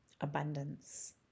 abundance